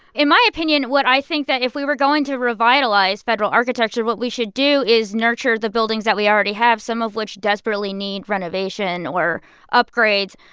in my opinion, what i think that if we were going to revitalize federal architecture, what we should do is nurture the buildings that we already have, some of which desperately need renovation or upgrades.